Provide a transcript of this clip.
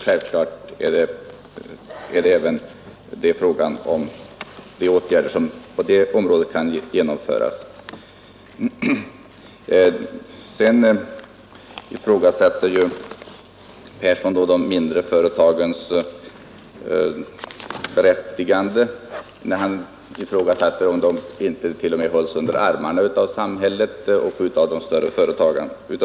Självfallet avser vi åtgärder även på det området. Herr Persson ifrågasätter de mindre företagens berättigande och undrar om de inte till och med hålls under armarna av samhället och av de större företagen.